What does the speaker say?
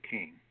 King